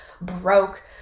broke